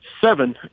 seven